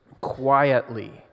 quietly